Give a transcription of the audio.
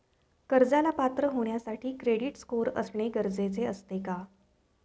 कर्जाला पात्र होण्यासाठी क्रेडिट स्कोअर असणे गरजेचे असते का?